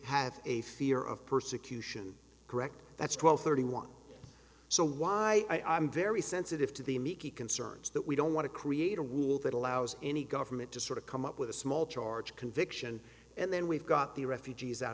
have a fear of persecution correct that's twelve thirty one so why i am very sensitive to the miki concerns that we don't want to create a rule that allows any government to sort of come up with a small charge conviction and then we've got the refugees out